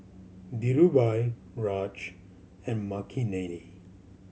Dhirubhai Raj and Makineni